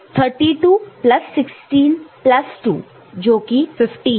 तो 32 plus 16 plus 2 जोकि 50 है